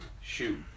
shoot